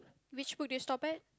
which school did you stop at